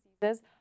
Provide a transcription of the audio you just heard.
diseases